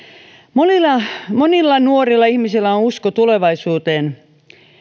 monilla monilla nuorilla ihmisillä on usko tulevaisuuteen